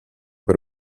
per